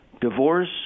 Divorce